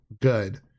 good